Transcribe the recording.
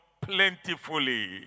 plentifully